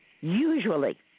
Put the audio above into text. Usually